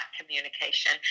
communication